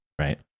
right